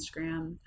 Instagram